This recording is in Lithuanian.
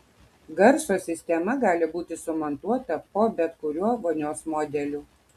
garso sistema gali būti sumontuota po bet kuriuo vonios modeliu